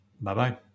Bye-bye